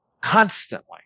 constantly